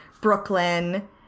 Brooklyn